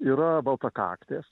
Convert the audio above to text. yra baltakaktės